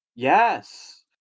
Yes